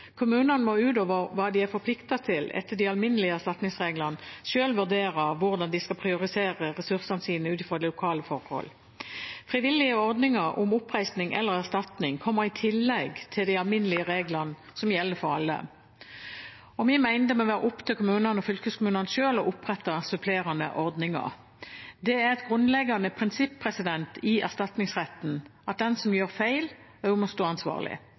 Kommunene må utover hva de er forpliktet til etter de alminnelige erstatningsreglene, selv vurdere hvordan de skal prioritere ressursene sine ut fra lokale forhold. Frivillige ordninger om oppreisning eller erstatning kommer i tillegg til de alminnelige reglene som gjelder for alle. Vi mener det må være opp til kommunene og fylkeskommunene selv å opprette supplerende ordninger. Det er et grunnleggende prinsipp i erstatningsretten at den som gjør feil, også må stå ansvarlig.